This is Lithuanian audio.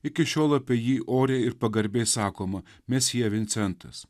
iki šiol apie jį oriai ir pagarbiai sakoma mesjė vincentas